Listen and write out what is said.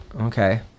Okay